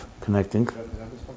connecting